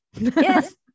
Yes